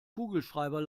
kugelschreiber